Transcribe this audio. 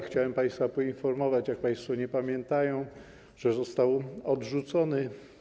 Chciałem państwa poinformować, jeśli państwo nie pamiętają, że został odrzucony.